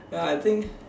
ya I think